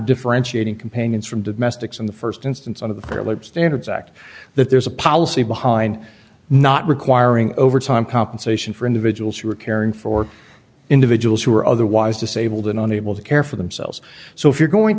differentiating companions from domestics in the st instance one of the privileged standards act that there's a policy behind not requiring overtime compensation for individuals who are caring for individuals who are otherwise disabled and unable to care for themselves so if you're going